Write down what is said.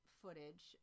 footage